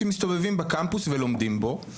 שמסתובבים בקמפוס ולומדים בו,